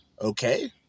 okay